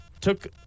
took